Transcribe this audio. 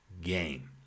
game